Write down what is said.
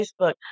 Facebook